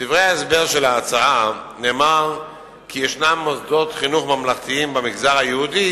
בדברי ההסבר של ההצעה נאמר כי יש מוסדות חינוך ממלכתיים במגזר היהודי